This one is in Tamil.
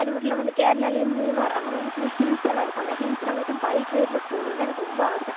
அது மட்டும் இல்லாமல் அந்த கேரளாவிலே மூணார் அங்கே வந்துட்டிங்கனா ஹில்ஸ் எல்லாம் இருக்கும் அந்த ஹில்ஸில் வந்துவிட்டு பைக் ரைட்டில போகணுன்னு தான் எனக்கு ரொம்ப ஆசை